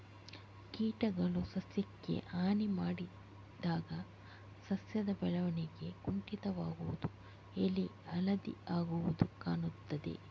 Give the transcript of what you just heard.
ಕೀಟಗಳು ಸಸ್ಯಕ್ಕೆ ಹಾನಿ ಮಾಡಿದಾಗ ಸಸ್ಯದ ಬೆಳವಣಿಗೆ ಕುಂಠಿತವಾಗುದು, ಎಲೆ ಹಳದಿ ಆಗುದು ಕಾಣ್ತದೆ